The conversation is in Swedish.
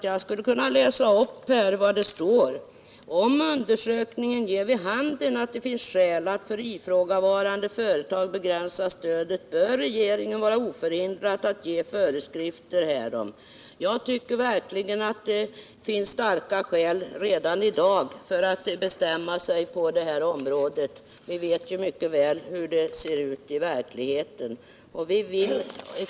Jag kan läsa upp vad Nr 50 det står där: ”Om undersökningen ger vid handen att det finns skäl Onsdagen den att för ifrågavarande företag begränsa stödet bör regeringen vara oför 14 december 1977 hindrad att ge föreskrifter härom.” ptrrkg RNE Jag tycker verkligen att det finns starka skäl redan i dag för att be — Sysselsättningsbi stämma sig på det här området; vi vet ju mycket väl hur det ser ut — drag till tekoindu i verkligheten.